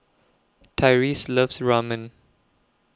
Tyrese loves Ramen